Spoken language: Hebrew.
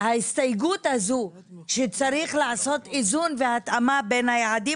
ההסתייגות הזו שצריך לעשות איזון והתאמה בין היעדים